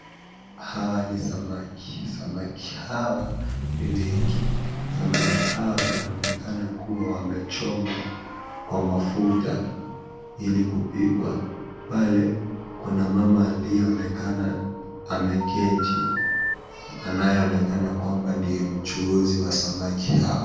Hawa ni samaki, samaki hawa ni wengi. Samaki hawa wanaonekana kuwa wamechomwa kwa mafuta Ili kupikwa. Pale kuna mama aliye onekana ameketi, anayeonekana kuwa yeye ndiye mchuuzi wa samaki.